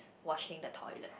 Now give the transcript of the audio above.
washing the toilet